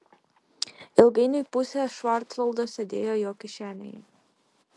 ilgainiui pusė švarcvaldo sėdėjo jo kišenėje